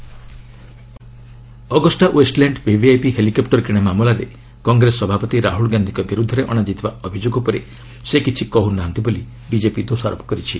Jaitley Rahul Agusta Westland VVIP helicopter କିଣା ମାମଲାରେ କଂଗ୍ରେସ ସଭାପତି ରାହୁଲ ଗାନ୍ଧିଙ୍କ ବିରୁଦ୍ଧରେ ଅଣାଯାଇଥିବା ଅଭିଯୋଗ ଉପରେ ସେ କିଛି କହୁନାହାନ୍ତି ବୋଲି ବିଜେପି ଦୋଷାରୋପ କରିଛି